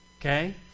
okay